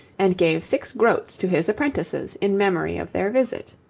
and gave six groats to his apprentices in memory of their visit.